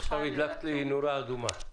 עכשיו הדלקת לי נורה אדומה.